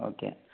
okay